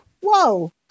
whoa